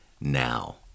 now